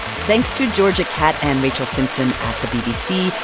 thanks to georgia catt and rachel simpson at the bbc,